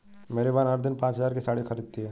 मेरी बहन हर दिन पांच हज़ार की साड़ी खरीदती है